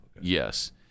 yes